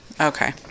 Okay